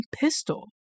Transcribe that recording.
pistol